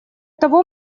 того